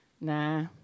Nah